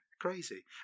crazy